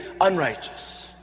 unrighteous